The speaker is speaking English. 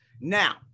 Now